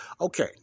okay